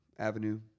Avenue